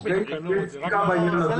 אין